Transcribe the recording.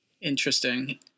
Interesting